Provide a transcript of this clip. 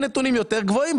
נראה נתונים יותר גבוהים.